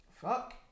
Fuck